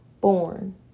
born